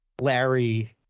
Larry